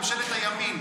ממשלת הימין.